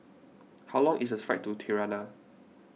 how long is the flight to Tirana